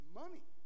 money